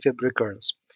recurrence